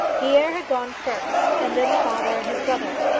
the heir had gone first, and then the father and his brother.